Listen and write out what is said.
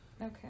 Okay